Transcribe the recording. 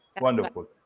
Wonderful